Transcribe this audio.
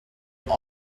have